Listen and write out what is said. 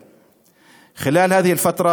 ולחברה,